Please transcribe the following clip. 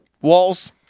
Walls